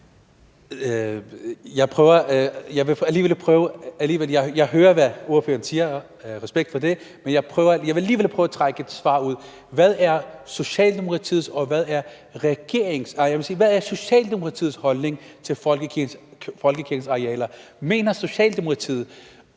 jeg vil alligevel prøve at trække et svar ud. Hvad er Socialdemokratiets holdning til folkekirkens arealer? Mener Socialdemokratiet